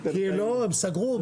לא, הם סגרו.